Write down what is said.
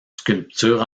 sculptures